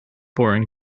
foreign